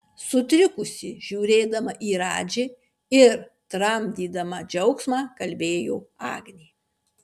sutrikusi žiūrėdama į radži ir tramdydama džiaugsmą kalbėjo agnė